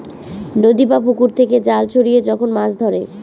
নদী বা পুকুর থেকে জাল ছড়িয়ে যখন মাছ ধরে